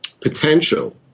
potential